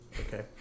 Okay